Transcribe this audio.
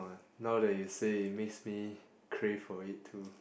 now that you say it makes me crave for it too